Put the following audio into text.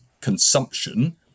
consumption